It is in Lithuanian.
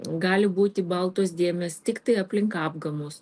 gali būti baltos dėmės tiktai aplink apgamus